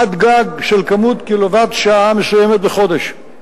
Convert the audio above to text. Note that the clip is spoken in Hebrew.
עד גג של כמות קילוואט/שעה מסוימת בחודש,